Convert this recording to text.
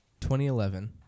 2011